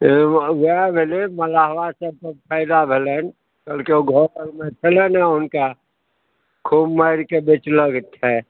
उएह भेलै मलहवा सभके फायदा भेलनि कियो घरमे छलए नहि हुनका खूब मारि कऽ बेचलथि हे